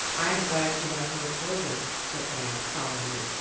i am glad she has no children, said anne solemnly.